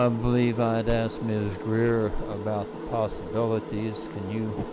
um believe i'd ask mrs. greer about the possibilities. can you